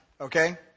okay